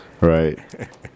Right